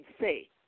say